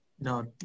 No